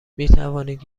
میتوانید